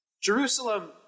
Jerusalem